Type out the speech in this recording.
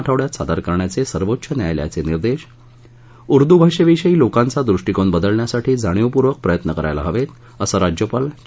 आठवड्यात सादर करण्याचे सर्वोच्च न्यायालयाचे निर्देश उर्दू भाषेविषयी लोकांचा दृष्टीकोन बदलण्यासाठी जाणीपूर्वक प्रयत्न करायला हवेत असं राज्यपाल चे